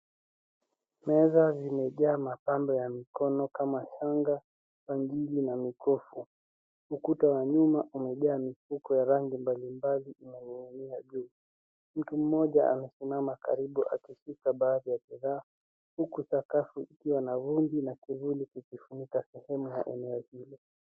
Meza zimajaa mapambo ya mikono kama shanga, bangili na bangili. Ukuta wa nyuma umejaa mifuko ya rangi mbalimbali na unaning'inia juu. Mtu mmoja anasimama karibu akishika baadhi ya bidhaa huku sakafu ikiwa na vumbi na kivuli kikifunika sehemu ya eneo hilo.